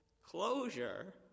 Closure